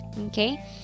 okay